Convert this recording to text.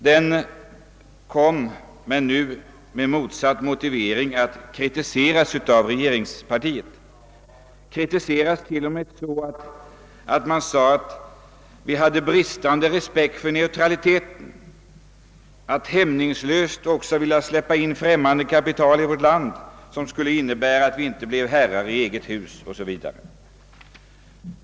Den kom — men nu med motsatt motivering — att kritiseras av regeringspartiet, till och med så att man sade att vi hade bristande respekt för neutraliteten, att vi hämningslöst ville släppa in främmande kapital i vårt land, något som skulle innebära att vi inte längre var herrar i eget hus 0. s. v.